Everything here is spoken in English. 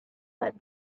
but